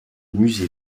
musée